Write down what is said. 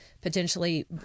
potentially